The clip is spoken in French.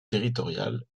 territorial